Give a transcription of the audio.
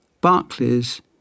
Barclays